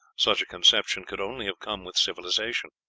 such a conception could only have come with civilization.